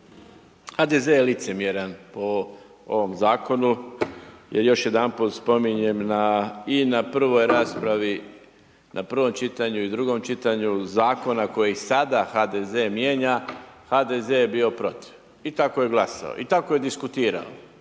HDZ je licemjeran po ovom zakonu jer još jedanput spominjem i na prvoj raspravi, na prvom čitanju i drugom čitanju zakonu kojeg sada HDZ mijenja, HDZ je bio protiv i tako je glasao i tako je diskutirao